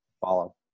follow